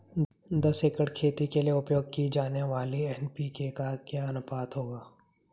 दस एकड़ खेती के लिए उपयोग की जाने वाली एन.पी.के का अनुपात क्या होगा?